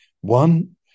One